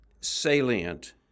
salient